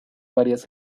varias